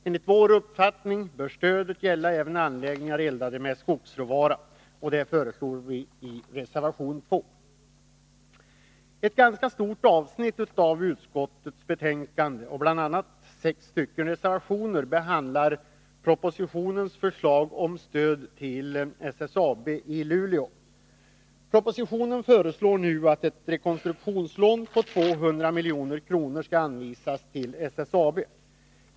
Enligt vår uppfattning bör stödet gälla även anläggningar eldade med skogsråvara. Detta föreslår vi i reservation 2. Ett ganska stort avsnitt av utskottets betänkande och bl.a. sex stycken reservationer behandlar propositionens förslag om stöd till SSAB i Luleå. Propositionen föreslår nu att ett rekonstruktionslån på 200 milj.kr. skall anvisas till SSAB.